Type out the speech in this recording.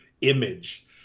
image